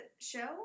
show